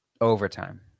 Overtime